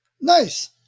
Nice